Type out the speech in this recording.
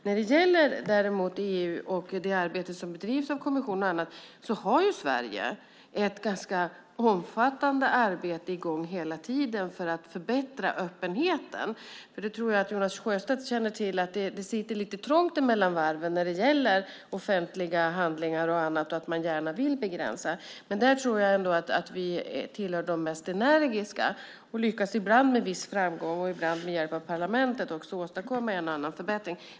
När det gäller EU och det arbete som bedrivs av kommissionen och annat har Sverige ett ganska omfattande arbete i gång hela tiden för att förbättra öppenheten. Jag tror att Jonas Sjöstedt känner till att det sitter lite trångt mellan varven när det gäller offentliga handlingar och annat och att man gärna vill begränsa. Där tror jag ändå att vi tillhör de mest energiska. Vi lyckas ibland med viss framgång, och ibland med hjälp av parlamentet, åstadkomma en och annan förbättring.